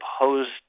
opposed